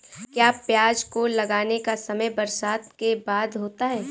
क्या प्याज को लगाने का समय बरसात के बाद होता है?